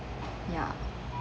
ya